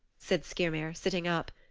said skyrmir, sitting up.